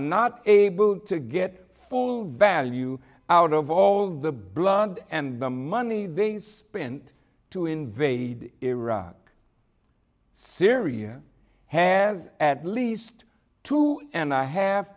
not able to get full value out of all the blood and the money they spent to invade iraq syria has at least two and a half